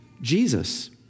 Jesus